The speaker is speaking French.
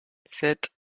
sept